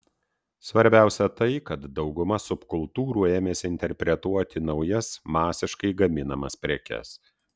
svarbiausia tai kad dauguma subkultūrų ėmėsi interpretuoti naujas masiškai gaminamas prekes